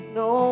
no